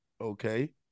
okay